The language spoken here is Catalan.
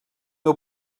meu